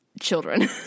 children